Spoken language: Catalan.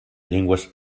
llengües